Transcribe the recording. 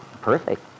Perfect